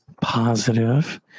positive